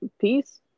Peace